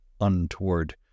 untoward